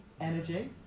Energy